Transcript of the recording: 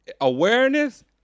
awareness